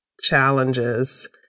challenges